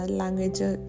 language